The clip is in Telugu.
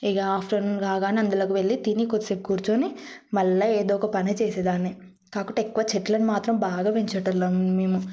ఇగ ఆఫ్టర్నూన్ కాగానే అందులోకి వెళ్ళి తిని కోసేపు కూర్చుని మళ్ళీ ఏదో ఒక పని చేసేదాన్ని కాకుంటే ఎక్కువ చెట్లను మాత్రం బాగా పెంచేటోళ్ళం మేము